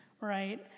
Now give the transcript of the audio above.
right